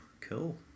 cool